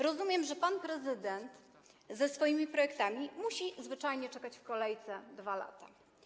Rozumiem, że pan prezydent ze swoimi projektami musi zwyczajnie czekać w kolejce 2 lata.